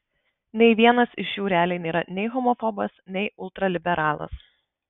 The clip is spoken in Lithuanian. nei vienas iš jų realiai nėra nei homofobas nei ultraliberalas